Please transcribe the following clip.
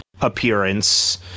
appearance